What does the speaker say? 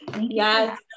Yes